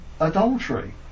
adultery